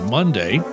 Monday